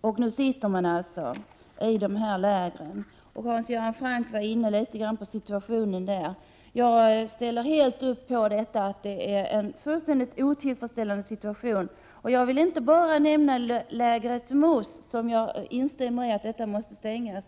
då, och de sitter nu i dessa läger. Hans Göran Franck redogjorde i sitt anförande litet för 63 situationen där. Jag håller med om att det råder en helt otillfredsställande situation i dessa läger. Jag vill inte bara nämna lägret Mus, även om jag instämmer i att detta läger måste stängas.